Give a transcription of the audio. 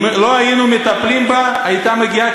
אם לא היינו מטפלים בה, הייתה מגיעה